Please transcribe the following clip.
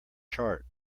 chart